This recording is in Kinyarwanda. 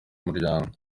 muryango